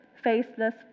faceless